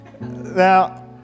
Now